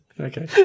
okay